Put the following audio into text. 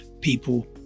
people